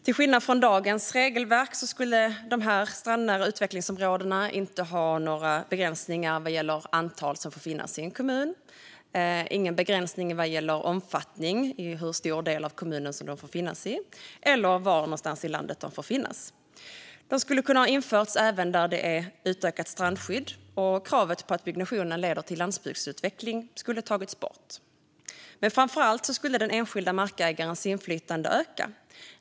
Till skillnad från i dagens regelverk skulle det inte finnas några begränsningar för dessa strandnära utvecklingsområden vad gäller antal som får finnas i en kommun, omfattning, det vill säga i hur stor del av kommunen de får finnas, eller var i landet de får finnas. De hade kunnat införas även där det är utökat strandskydd, och kravet på att byggnationen leder till landsbygdsutveckling skulle ha tagits bort. Men framför allt skulle den enskilda markägarens inflytande öka.